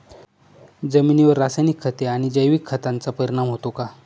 जमिनीवर रासायनिक खते आणि जैविक खतांचा परिणाम होतो का?